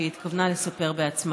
שהיא התכוונה לספר בעצמה,